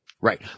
Right